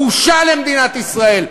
בושה למדינת ישראל.